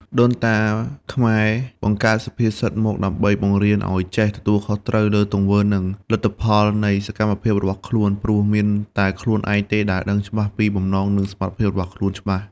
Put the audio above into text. ដូនតាខ្មែរបង្កើតសុភាសិតមកដើម្បី បង្រៀនឲ្យចេះ ទទួលខុសត្រូវ លើទង្វើ និងលទ្ធផលនៃសកម្មភាពរបស់ខ្លួន ព្រោះមានតែខ្លួនឯងទេដែលដឹងច្បាស់ពីបំណង និងសមត្ថភាពរបស់ខ្លួនច្បាស់។